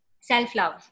self-love